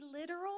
literal